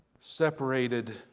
separated